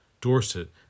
Dorset